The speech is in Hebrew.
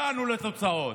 הגענו לתוצאות.